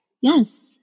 Yes